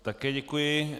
Také děkuji.